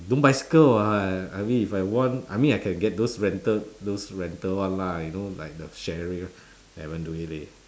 no bicycle [what] I mean if I want I mean I can get those rented those rental one lah you know like the sharing haven't do it leh